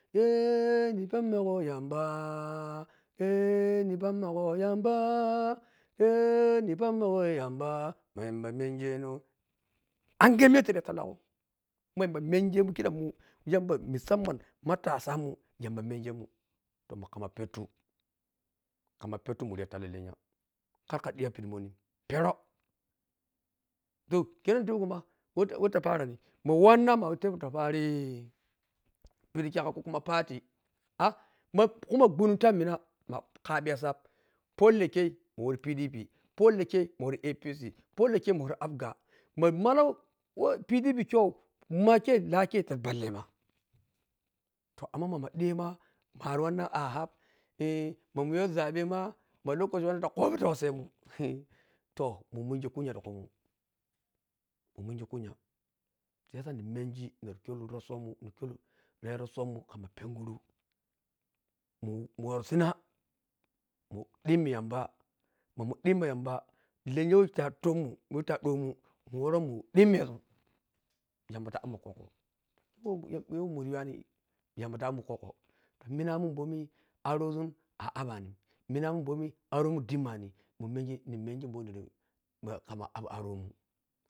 Nee ni peepmego yamba nee ni peepbigo yamba nee ni peebigo yamba ma yamab. Ma yamba menghego khidham musamman matasamun ymaba mengemun matsamun yamba mengemun to makhamma peteu mu petu muriya taita lamlennya kharkha dhiya pedhi mony pero to kheronin tebgho ma wata parani wah wa h ta patani ma wanna am tabta pari pedhi kyak party ma khuma gunhum ta mina ma khabi ya sab polle khe ma wori pdp polla khe ma wori apc polle khe wa wori abga ma mallom pdp kyo ma khe lahkhe ta ballema to amma mama dhima mari wanna ghab mamuyho zabe ma ma lokoci wanna nmikhe ta khobi ta wosamun to mumungi kunya ta khumun mumungi kunya siyasa nunungi na kyoli rosomon na kyoli yarosomi yorosomen na kyoli yarosomi yarosomun mapenguru muworo sina ma dhemmi yamba mamun dhemmi yamba lennya wah ta tonmun wah ta dhomun mun woro mundhimmo zun yamba ta abmun kwokwo minamun bomi arozun a abanim minamun bome a romen dhimmani mumengi ni mengi bomi nara khamma ab aromun